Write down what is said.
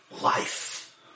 life